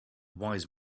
wise